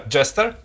Jester